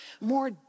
more